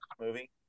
movie